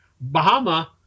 Bahama